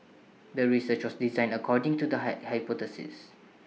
the research was designed according to the high hypothesis